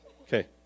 okay